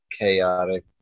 chaotic